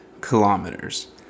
kilometers